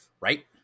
Right